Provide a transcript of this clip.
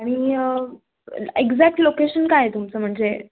आणि exact location काय आहे तुमचं म्हणजे